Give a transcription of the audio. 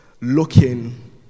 looking